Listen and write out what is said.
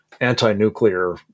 anti-nuclear